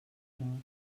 mort